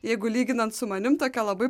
jeigu lyginant su manim tokia labai